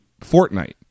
Fortnite